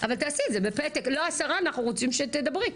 קודם כל לבסס מה ההגדרה של סמי אונס,